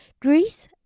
Greece